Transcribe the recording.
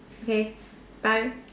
okay bye